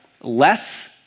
less